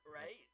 right